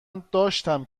داشتم